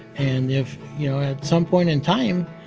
and if, you know, at some point in time,